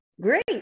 Great